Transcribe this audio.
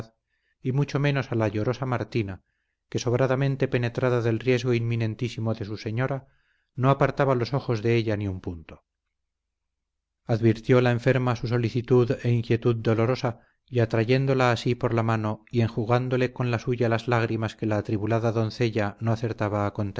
y mucho menos a la llorosa martina que sobradamente penetrada del riesgo inminentísimo de su señora no apartaba los ojos de ella ni un punto advirtió la enferma su solicitud e inquietud dolorosa y atrayéndola a sí por la mano y enjugándole con la suya las lágrimas que la atribulada doncella no acertaba